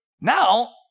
Now